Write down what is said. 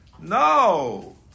No